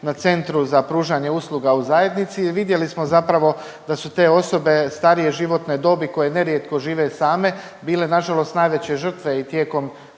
na centru za pružanje usluga u zajednici jer vidjeli smo zapravo da su te osobe starije životne dobi koje nerijetko žive same bile nažalost najveće žrtve i tijekom